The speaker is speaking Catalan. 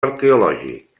arqueològic